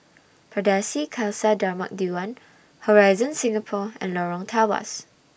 Pardesi Khalsa Dharmak Diwan Horizon Singapore and Lorong Tawas